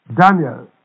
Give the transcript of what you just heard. Daniel